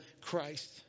Christ